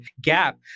gap